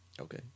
Okay